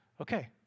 Okay